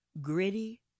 gritty